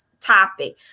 topic